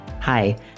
Hi